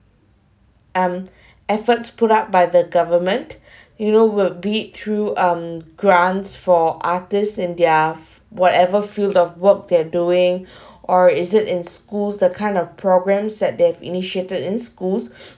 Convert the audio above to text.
um efforts put up by the government you know we'll beat through um grants for artists in their whatever field of work they're doing or is it in schools the kind of programmes that they've initiated in schools